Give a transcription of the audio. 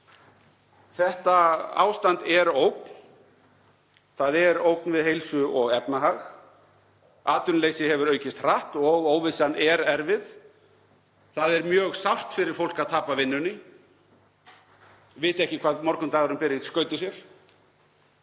Þetta ástand er ógn. Það er ógn við heilsu og efnahag. Atvinnuleysi hefur aukist hratt og óvissan er erfið. Það er sárt fyrir fólk að tapa vinnunni og vita ekki hvað morgundagurinn ber í skauti sér.